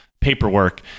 paperwork